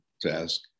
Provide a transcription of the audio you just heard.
task